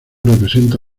representa